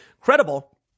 credible